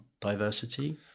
diversity